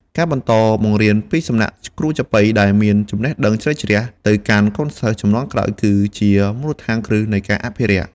ការបន្តបង្រៀនពីសំណាក់គ្រូចាប៉ីដែលមានចំណេះដឹងជ្រៅជ្រះ ទៅកាន់កូនសិស្សជំនាន់ក្រោយ គឺជាមូលដ្ឋានគ្រឹះនៃការអភិរក្ស។